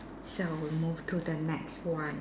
shall we move to the next one